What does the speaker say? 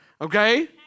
Okay